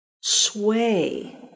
sway